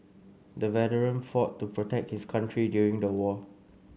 the veteran fought to protect his country during the war